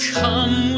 come